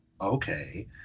okay